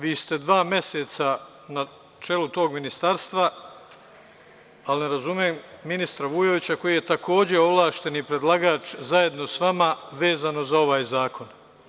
Vi ste dva meseca na čelu tog ministarstva, ali ne razumem ministra Vujovića koji je takođe ovlašćeni predlagač zajedno sa vama vezano za ovaj zakon.